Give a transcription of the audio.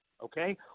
okay